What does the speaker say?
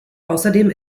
außerdem